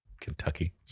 Kentucky